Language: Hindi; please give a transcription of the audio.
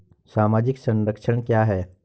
सामाजिक संरक्षण क्या है?